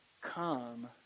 Come